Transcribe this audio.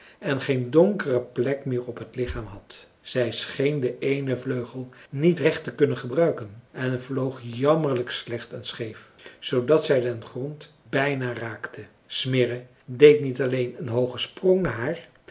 en geen donkere plek meer op het lichaam had zij scheen den eenen vleugel niet recht te kunnen gebruiken en vloog jammerlijk slecht en scheef zoodat zij den grond bijna raakte smirre deed niet alleen een hoogen sprong naar haar